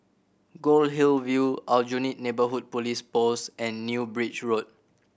Goldhill View Aljunied Neighbourhood Police Post and New Bridge Road